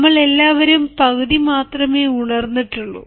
നമ്മളെല്ലാവരും പകുതി മാത്രമേ ഉണർന്നിട്ടുള്ളൂ